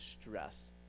stress